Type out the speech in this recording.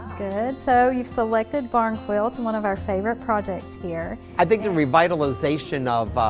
good so you've selected barn quilt, and one of our favorite projects here. i think the revitalization of,